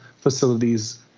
facilities